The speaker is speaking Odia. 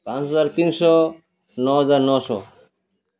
ପାଞ୍ଚ ହଜାର ତିନିଶହ ନଅ ହଜାର ନଅଶହ